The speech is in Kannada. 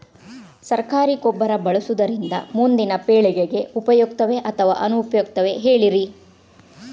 ಸರಕಾರಿ ಗೊಬ್ಬರ ಬಳಸುವುದರಿಂದ ಮುಂದಿನ ಪೇಳಿಗೆಗೆ ಉಪಯುಕ್ತವೇ ಅಥವಾ ಅನುಪಯುಕ್ತವೇ ಹೇಳಿರಿ